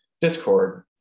Discord